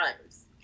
times